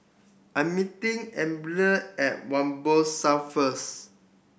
I'm meeting at Whampoa South first